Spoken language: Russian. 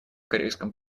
корейском